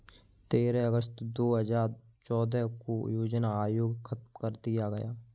तेरह अगस्त दो हजार चौदह को योजना आयोग खत्म कर दिया गया